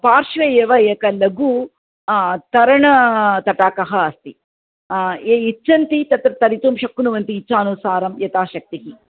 पार्श्वे एव एकः लघु तरणतटाकः अस्ति ये इच्छन्ति तत्र तरितुं शक्नुवन्ति इच्छानुसारं यथाशक्तिः